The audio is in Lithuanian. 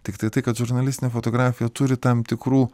tiktai tai kad žurnalistinė fotografija turi tam tikrų